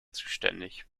zuständig